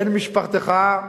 בן-משפחתך,